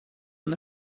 and